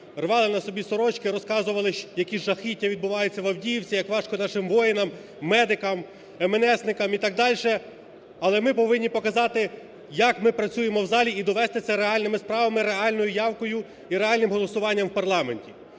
рвали на собі сорочки, розказували, які жахіття відбуваються в Авдіївці, як важко нашим воїнам, медикам, еменесникам і так далі. Але ми повинні показати, як ми працюємо в залі, і довести це реальними справами, реальною явкою і реальним голосуванням в парламенті.